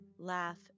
laugh